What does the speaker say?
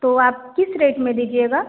तो आप किस रेट में दीजिएगा